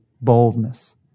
boldness